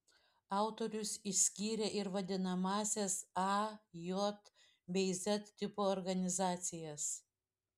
autorius išskyrė ir vadinamąsias a j bei z tipo organizacijas